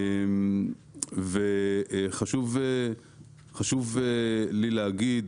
וחשוב לי להגיד